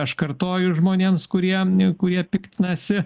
aš kartoju žmonėms kurie nu kurie piktinasi